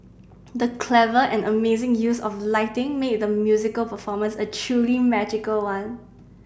the clever and amazing use of lighting made the musical performance a truly magical one